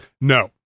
No